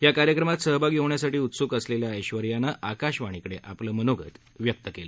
या कार्यक्रमात सहभागी होण्यासाठी उत्सुक असलेल्या ऐश्वर्यानं आकाशवाणीकडे आपलं मनोगत व्यक्त केलं